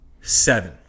seven